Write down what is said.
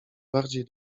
bardziej